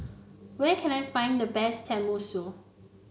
where can I find the best Tenmusu